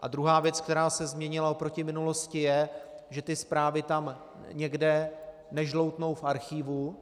A druhá věc, která se změnila oproti minulosti, je, že ty zprávy tam někde nežloutnou v archívu,